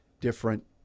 different